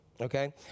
Okay